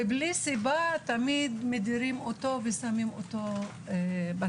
ובלי סיבה מדירים אותו תמיד ושמים אותו בצד.